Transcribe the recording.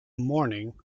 mourning